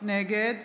נגד